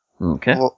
Okay